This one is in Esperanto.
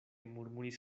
murmuris